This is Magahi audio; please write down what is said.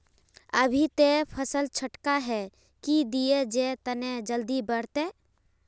अभी ते फसल छोटका है की दिये जे तने जल्दी बढ़ते?